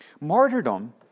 Martyrdom